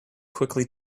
quickly